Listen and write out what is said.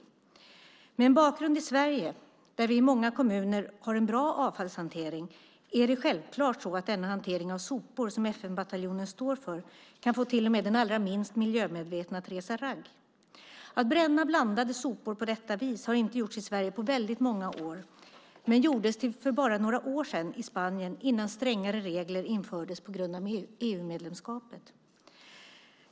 Mot bakgrund av hur vi har det i Sverige, där vi i många kommuner har en bra avfallshantering, är det självklart så att den hantering av sopor som FN-bataljonen står för kan få till och med den allra minst miljömedvetne att resa ragg. Att bränna blandade sopor på detta vis har inte gjorts i Sverige på väldigt många år, men det gjordes till för bara några år sedan i Spanien innan strängare regler infördes på grund av EU-medlemskapet.